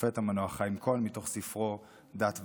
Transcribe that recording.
השופט המנוח חיים כהן, מתוך ספרו "דת ודין",